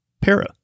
Para